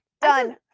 Done